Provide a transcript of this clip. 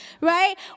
right